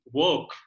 work